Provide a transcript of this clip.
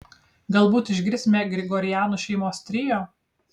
galbūt išgirsime grigorianų šeimos trio